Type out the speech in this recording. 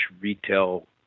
retail